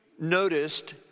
noticed